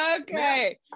okay